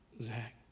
Zach